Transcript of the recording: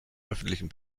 öffentlichen